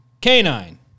Canine